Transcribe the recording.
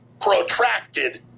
protracted